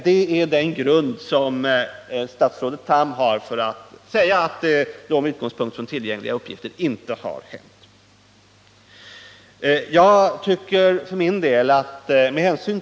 — Det är den grund som statsrådet Tham har när han med utgångspunkt i tillgängliga uppgifter säger att det inte har hänt.